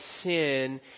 sin